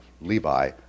Levi